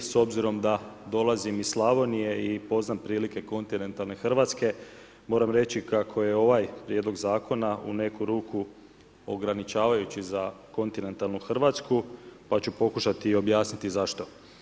S obzirom da dolazim iz Slavonije i poznajem prilike kontinentalne Hrvatske, moram reći, kako je ovaj prijedlog zakona, u neku ruku, ograničavajući za kontinentalnu Hrvatsku, pa ću pokušati objasniti zašto.